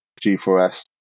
G4S